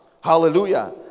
Hallelujah